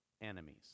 enemies